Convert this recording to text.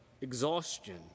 exhaustion